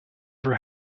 for